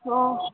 हँ